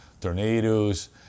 tornadoes